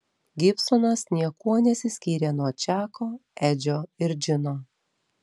gibsonas niekuo nesiskyrė nuo čako edžio ir džino